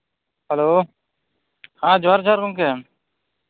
hello ᱡᱚᱦᱟᱨ ᱡᱚᱦᱟᱨ ᱜᱚᱢᱠᱮ